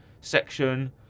section